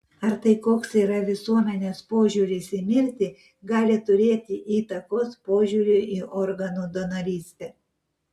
ar tai koks yra visuomenės požiūris į mirtį gali turėti įtakos požiūriui į organų donorystę